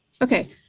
Okay